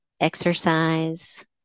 exercise